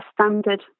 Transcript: standard